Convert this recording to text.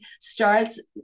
starts